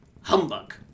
Humbug